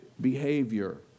Behavior